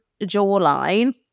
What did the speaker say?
jawline